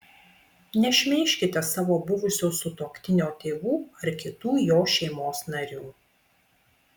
nešmeižkite savo buvusio sutuoktinio tėvų ar kitų jo šeimos narių